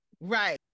Right